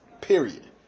Period